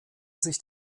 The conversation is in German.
sich